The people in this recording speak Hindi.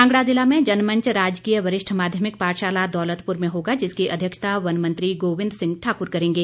कांगड़ा जिला में जनमंच राजकीय वरिष्ठ माध्यमिक पाठशाला दौलतपुर में होगा जिसकी अध्यक्षता वन मंत्री गोविंद सिंह ठाकुर करेंगे